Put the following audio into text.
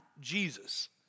Jesus